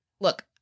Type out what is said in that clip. Look